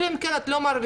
אלא אם כן את לא מרוויחה,